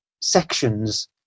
sections